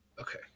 Okay